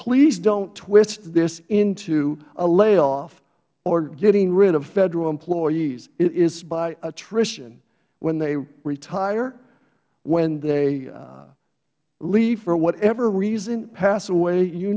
please don't twist this into a layoff or getting rid of federal employees it is by attrition when they retire when they leave for whatever reason pass away you